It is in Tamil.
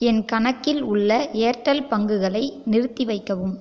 என் கணக்கில் உள்ள ஏர்டெல் பங்குகளை நிறுத்தி வைக்கவும்